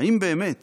האם באמת